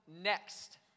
Next